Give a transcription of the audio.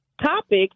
Topic